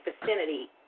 vicinity